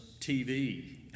TV